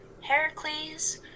Heracles